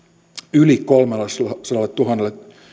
yli kolmellesadalletuhannelle